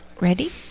Ready